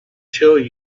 tell